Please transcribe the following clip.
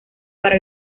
para